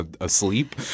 asleep